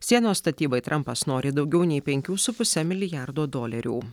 sienos statybai trampas nori daugiau nei penkių su puse milijardo dolerių